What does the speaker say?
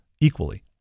equally